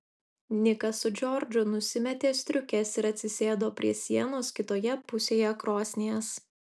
nikas su džordžu nusimetė striukes ir atsisėdo prie sienos kitoje pusėje krosnies